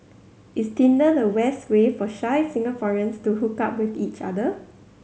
is Tinder the best way for shy Singaporeans to hook up with each other